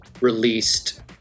released